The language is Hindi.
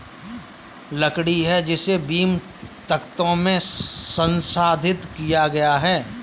लकड़ी है जिसे बीम, तख्तों में संसाधित किया गया है